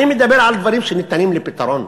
אני מדבר על דברים שניתנים לפתרון,